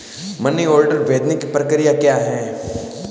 Money order भेजने की प्रक्रिया क्या है?